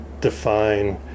define